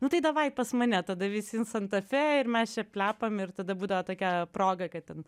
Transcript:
nu tai davai pas mane tada visi santa fe ir mes čia plepam ir tada būdavo tokia proga kad ten